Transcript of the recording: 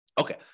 Okay